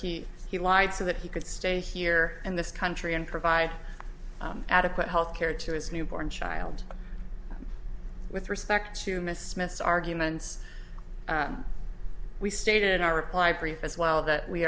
he he lied so that he could stay here in this country and provide adequate health care to his newborn child with respect to miss smith's arguments we stated in our reply brief as well that we